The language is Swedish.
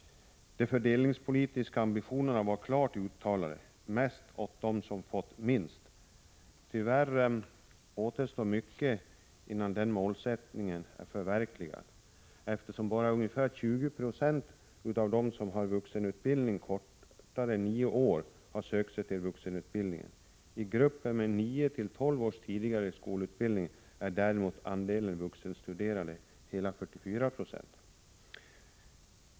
De fördelningspolitiska ambitionerna var klart uttalade — mest åt dem som fått minst. Tyvärr återstår mycket innan den målsättningen är förverkligad, eftersom bara ungefär 20 20 av dem som har en grundutbildning kortare än nio år har sökt sig till vuxenutbildningen. I gruppen med nio till tolv års tidigare skolutbildning är däremot andelen vuxenstuderande hela 44 90.